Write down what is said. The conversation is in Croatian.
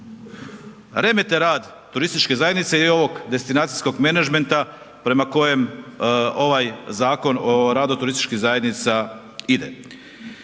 remete rad turističke zajednice i ovog destinacijskog menadžmenta prema kojem ovaj Zakon o radu turističkih zajednica ide.